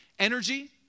Energy